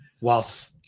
whilst